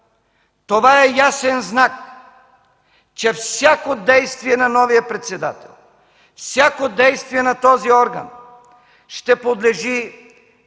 Това е ясен знак, че всяко действие на новия председател, всяко действие на този орган, ще подлежи